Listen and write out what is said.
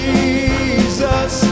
Jesus